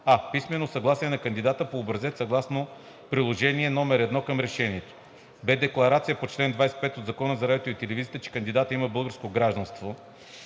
а) писмено съгласие на кандидата по образец съгласно приложение № 1 към Решението; б) декларация по чл. 25 от Закона за радиото и телевизията, че кандидатът има българско гражданство